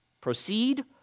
proceed